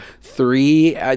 three